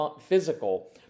physical